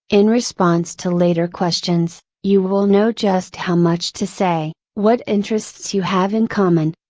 in response to later questions, you will know just how much to say, what interests you have in common,